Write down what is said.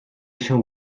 się